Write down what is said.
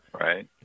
right